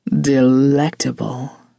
delectable